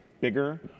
bigger